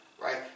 right